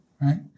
right